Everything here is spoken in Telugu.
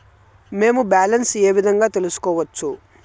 మేము బ్యాలెన్స్ ఏ విధంగా తెలుసుకోవచ్చు?